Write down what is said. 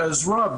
בעזרה,